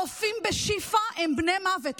הרופאים בשיפא הם בני מוות.